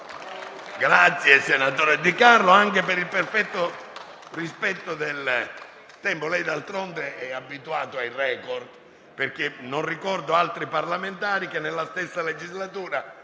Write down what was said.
Senatore De Carlo, la ringrazio per il perfetto rispetto dei tempi. Lei, d'altronde, è abituato ai *record*: non ricordo altri parlamentari che nella stessa legislatura